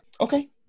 Okay